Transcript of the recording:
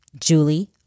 Julie